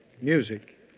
music